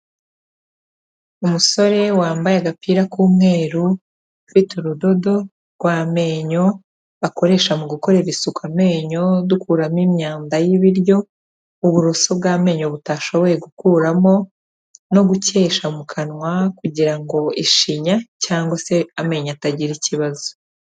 Umusore wambaye agapira k'umweru, ufite urudodo rw'amenyo akoresha mu gukorera isuku amenyo dukuramo imyanda y'ibiryo, uburoso bw'amenyo butashoboye gukuramo no gukesha mu kanwa kugira ngo ishinya cyangwa se amenyo atagira ikibazo.